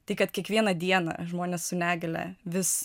tai kad kiekvieną dieną žmonės su negalia vis